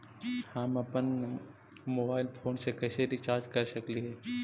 हम अप्पन mobile phone के कैसे रिचार्ज कर सकली हे?